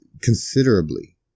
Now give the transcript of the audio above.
considerably